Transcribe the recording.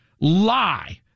lie